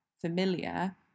familiar